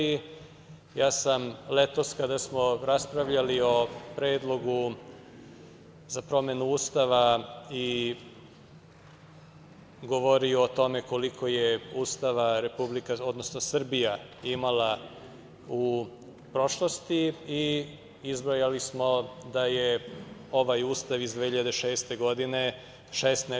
Ja sam letos, kada smo raspravljali o Predlogu za promenu Ustava, i govorio o tome koliko je Srbija imala u prošlosti i izbrojali smo da je ovaj Ustav iz 2006. godine 16.